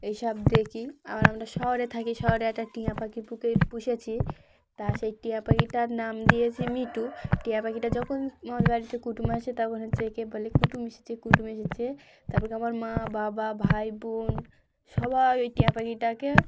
এইসব দেখি আবার আমরা শহরে থাকি শহরে একটা টিয়া পাখি পুকে পুষেছি তা সেই টিয়া পাখিটার নাম দিয়েছি মিঠু টিয়া পাখিটা যখন আমার বাড়িতে কুটুম্ব আসে তখন হচ্ছে কি বলে কুটুম্ব এসেছে কুটুম্ব এসেছে তারপর আমার মা বাবা ভাই বোন সবাই ওই টিয়া পাখিটাকে